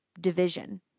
division